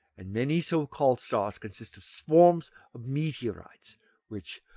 and many so-called stars consist of swarms of meteorites which,